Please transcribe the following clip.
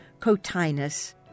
cotinus